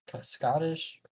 Scottish